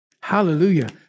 Hallelujah